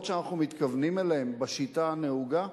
שאנחנו מתכוונים אליהם בשיטה הנהוגה?